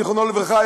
זיכרונו לברכה,